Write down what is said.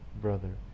brother